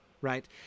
right